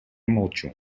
молчу